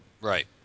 Right